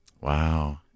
Wow